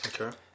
Okay